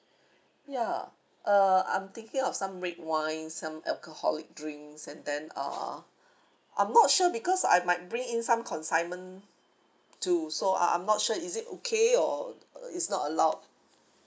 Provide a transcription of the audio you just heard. ya uh I'm thinking of some red wine some alcoholic drinks and then uh I'm not sure because I might bring in some consignment to so I I'm not sure is it okay or is not allowed